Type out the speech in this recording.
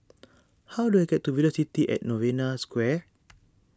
how do I get to Velocity at Novena Square